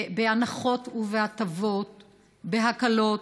הנחות והטבות והקלות.